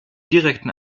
direkten